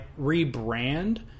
rebrand